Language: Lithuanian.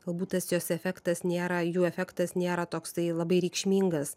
galbūt tas jos efektas nėra jų efektas nėra toksai tai labai reikšmingas